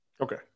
Okay